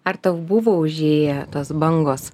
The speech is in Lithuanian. ar tau buvo užėję tos bangos